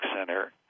Center